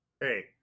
hey